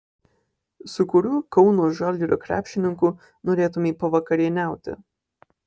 su kuriuo kauno žalgirio krepšininku norėtumei pavakarieniauti